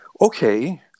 Okay